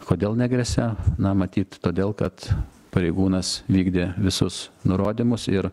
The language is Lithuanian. kodėl negresia na matyt todėl kad pareigūnas vykdė visus nurodymus ir